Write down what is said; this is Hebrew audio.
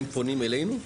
פונים אלינו.